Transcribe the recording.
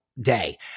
day